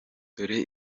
dore